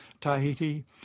Tahiti